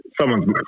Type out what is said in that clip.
someone's